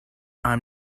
i’m